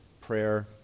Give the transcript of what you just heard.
prayer